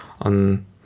on